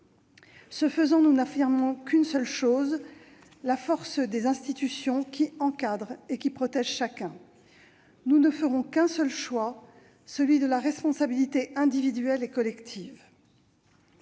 Ce faisant, nous n'affirmons qu'une seule chose : la force des institutions qui encadrent et qui protègent chacun. Nous ne ferons qu'un seul choix, celui de la responsabilité individuelle et collective.